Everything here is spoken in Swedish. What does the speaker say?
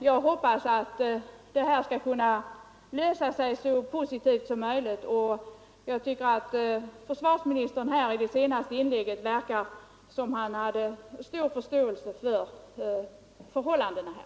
Jag hoppas att det hela skall kunna ordnas så positivt som möjligt. I sitt senaste inlägg verkade försvarsministern ha förståelse för detta.